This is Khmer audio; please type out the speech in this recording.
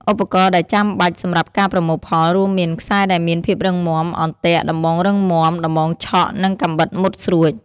ឧបករណ៍ដែលចាំបាច់សម្រាប់ការប្រមូលផលរួមមាន ខ្សែដែលមានភាពរឹងមាំ អន្ទាក់ ដំបងរឹងមាំ ដំបងឆក់ និងកាំបិតមុតស្រួច។